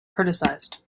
criticized